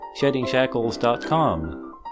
SheddingShackles.com